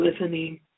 listening